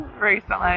recently